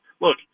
look